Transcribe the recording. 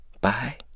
Bye